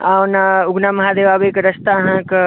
आ ओना उगना महादेव आबै के रास्ता अहाँके